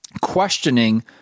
questioning